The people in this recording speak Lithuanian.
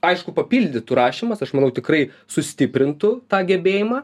aišku papildytų rašymas aš manau tikrai sustiprintų tą gebėjimą